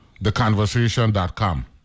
theconversation.com